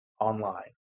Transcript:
online